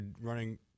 running